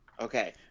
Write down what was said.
Okay